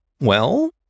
Well